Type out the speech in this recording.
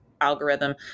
algorithm